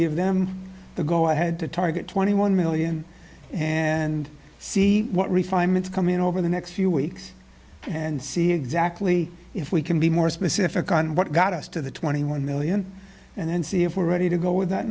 give them the go ahead to target twenty one million and see what refinements come in over the next few weeks and see exactly if we can be more specific on what got us to the twenty one million and then see if we're ready to go with that